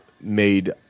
made